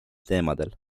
teemadel